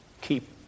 Keep